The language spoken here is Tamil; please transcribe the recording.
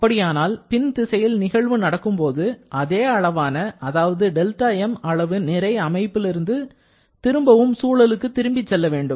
அப்படியானால் பின் திசையில் நிகழ்வு நடக்கும்போது அதே அளவான அதாவது δm அளவு நிறை அமைப்பிலிருந்து திரும்பவும் சூழலுக்கு திரும்பிச்செல்ல வேண்டும்